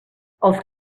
els